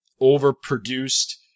overproduced